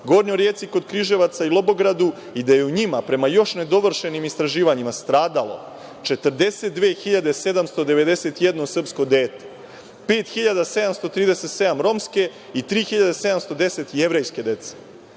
Gornjoj Rijeci kod Križevaca i Lobogradu i da je u njima, prema još nedovršenim istraživanjima, stradalo 42.791 srpsko dete, 5.737 romske i 3.710 jevrejske dece; Pod